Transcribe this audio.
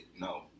no